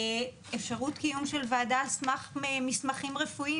אפשרות קיום של ועדה על סמך מסמכים רפואיים.